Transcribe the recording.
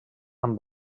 amb